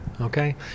okay